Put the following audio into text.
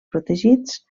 protegits